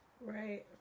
right